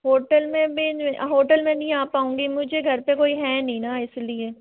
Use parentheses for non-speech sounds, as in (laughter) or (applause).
hotel में (unintelligible) hotel में नहीं आ पाऊँगी मुझे घर पे कोई हैं नहीं ना इसलिए